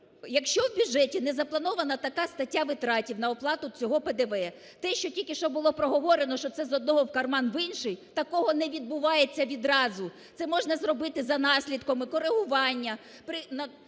якщо в бюджеті не запланована така стаття витрат на оплату цього ПДВ, те, що тільки що було проговорено, що це з одного карману в інший, такого не відбувається відразу. Це можна зробити за наслідками корегування